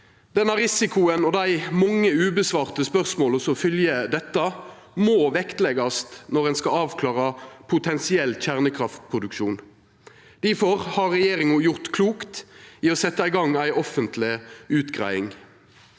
Denne risikoen og dei mange spørsmåla utan svar som følgjer dette, må vektleggjast når ein skal avklara potensiell kjernekraftproduksjon. Difor har regjeringa gjort klokt i å setja i gang ei offentleg utgreiing.